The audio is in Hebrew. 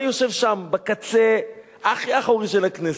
אני יושב שם, בקצה הכי אחורי של הכנסת.